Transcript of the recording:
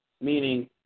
meaning